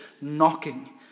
knocking